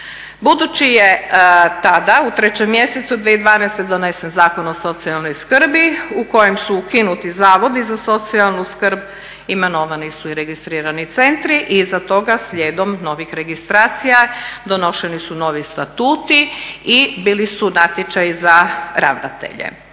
Budući je tada u 3. mjesecu 2012. donesen Zakon o socijalnoj skrbi u kojem su ukinuti zavodi za socijalnu skrbi, imenovani su i registrirani centri i iza toga slijedom novih registracija donošeni su novi statuti i bili su natječaji za ravnatelje.